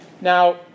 Now